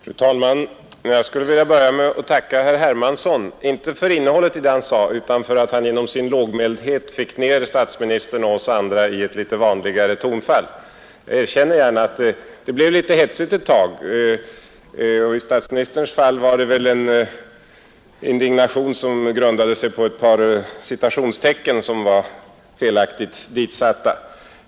Fru talman! Jag vill börja med att tacka herr Hermansson i Stockholm, inte för innehållet i vad han sade utan för att han genom sin lågmäldhet fick ned statsministern och oss andra i ett litet vanligare tonfall. Jag erkänner gärna att det blev litet hetsigt ett slag. I statsministerns fall var det väl en indignation som grundade sig på ett par felaktigt ditsatta citationstecken.